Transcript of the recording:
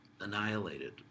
annihilated